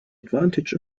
advantage